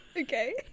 okay